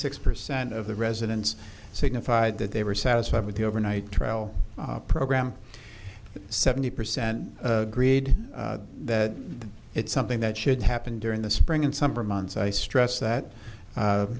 six percent of the residents signified that they were satisfied with the overnight trial program seventy percent agreed that it's something that should happen during the spring and summer months i stress that